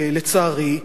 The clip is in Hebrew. לצערי,